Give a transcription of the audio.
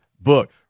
book